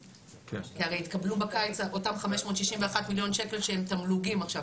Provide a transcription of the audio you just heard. כי הרי בקיץ התקבלו אותם 561 מיליון שקל שהם תמלוגים עכשיו,